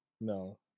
No